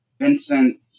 Vincent